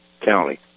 county